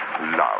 love